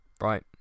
Right